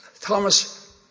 Thomas